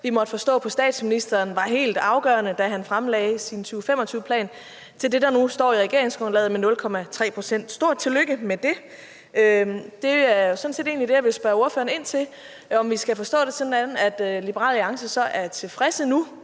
vi måtte forstå på statsministeren var helt afgørende, da han fremlagde sin 2025-plan, til det, der nu står i regeringsgrundlaget, nemlig 0,3 pct. Stort tillykke med det. Det, jeg sådan set vil spørge ordføreren om, er, om vi skal forstå det sådan, at Liberal Alliance nu er tilfreds, for